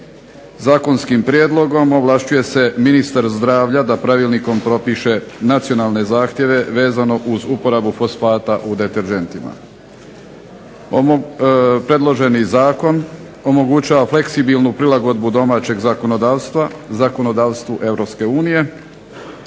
Zakonskim prijedlogom ovlašćuje se ministar zdravlja da pravilnikom propiše nacionalne zahtjeve vezano uz uporabu fosfata u deterdžentima. Predloženi zakon omogućava fleksibilnu prilagodbu domaćeg zakonodavstva zakonodavstvu